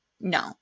No